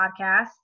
podcast